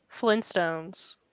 Flintstones